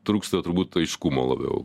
trūksta turbūt aiškumo labiau